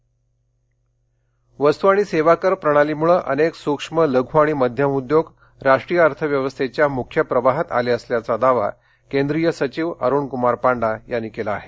GST वस्तू आणि सेवा कर प्रणाली मुळे अनेक सूक्ष्म लघु आणि मध्यम उद्योग राष्ट्रीय वर्थव्यवस्थेच्या मुख्य प्रवाहात आले असल्याचा दावा केंद्रीय सचिव अरुणक्मार पांडा यांनी केला आहे